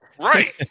right